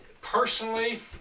personally